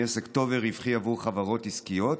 היא עסק טוב ורווחי עבור חברות עסקיות,